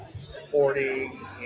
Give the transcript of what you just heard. supporting